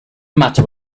matter